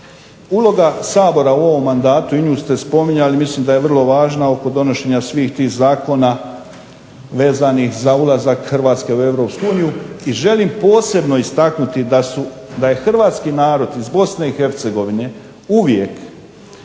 Uloga Sabora u ovom mandatu koju ste spominjali mislim da je vrlo važna oko donošenja svih tih zakona vezanih za ulazak Hrvatske u EU i želim posebno istaknuti da je hrvatski narod iz BiH uvijek